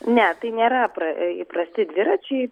ne tai nėra pra įprasti dviračiai